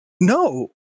No